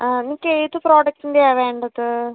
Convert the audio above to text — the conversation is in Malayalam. ആ നിങ്ങൾക്ക് ഏത് പ്രൊഡക്റ്റ്സിൻ്റെയാണ് വേണ്ടത്